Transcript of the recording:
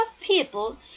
people